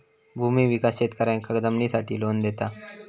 भूमि विकास शेतकऱ्यांका जमिनीसाठी लोन देता